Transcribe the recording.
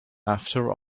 after